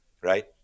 right